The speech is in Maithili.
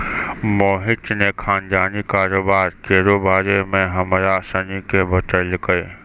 मोहित ने खानदानी कारोबार केरो बारे मे हमरा सनी के बतैलकै